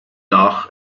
loch